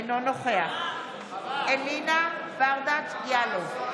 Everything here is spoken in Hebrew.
אינו נוכח אלינה ברדץ' יאלוב,